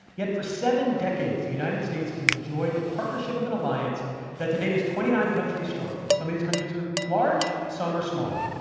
yet, for seven decades, the united states has enjoyed the partnership of an alliance that today is twenty nine countries strong. some of these countries are large, some are small.